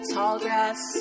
Tallgrass